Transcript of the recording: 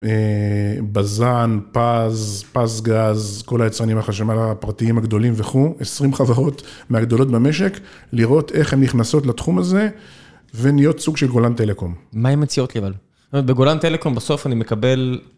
בזן, פז, פזגז, כל היצרנים החשמל הפרטיים הגדולים וכו', 20 חברות מהגדולות במשק, לראות איך הן נכנסות לתחום הזה, ונהיות סוג של גולן טלקום. מה הן מציעות לי אבל? הרי בגולן טלקום בסוף אני מקבל...